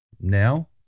Now